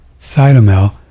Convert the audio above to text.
Cytomel